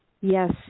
Yes